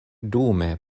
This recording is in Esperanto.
dume